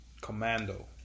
Commando